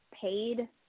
paid